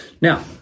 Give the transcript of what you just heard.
Now